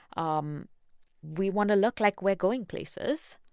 um we want to look like we're going places.